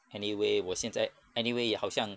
anyway 我现在 anyway 也好像